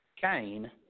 Cain